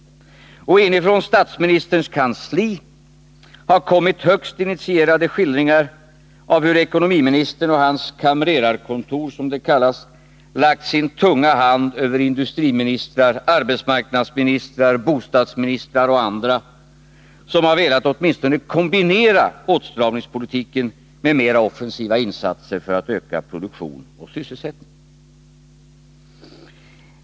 Inifrån statsministerns kansli har kommit högst initierade skildringar av hur ekonomiministern och hans kamrerarkontor, som det kallas, lagt sin tunga hand över industri-, arbetsmarknadsoch bostadsministrar och andra som har velat åtminstone kombinera åtstramningspolitiken med mer offensiva insatser för att öka produktion och sysselsättning.